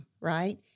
right